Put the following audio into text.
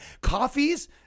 coffees